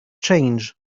change